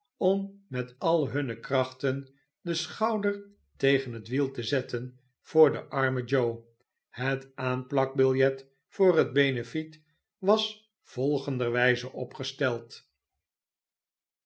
om met al hunne krachten den schouder tegen het wiel te zetten voor den armen joe het aanplak biljet voor het benefiet was volgenderwijze opgesteld